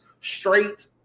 straight